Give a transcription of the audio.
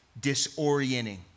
disorienting